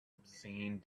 obscene